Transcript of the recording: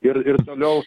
ir ir toliau